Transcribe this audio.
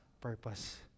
purpose